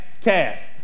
cast